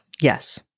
Yes